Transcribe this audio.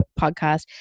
podcast